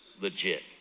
Legit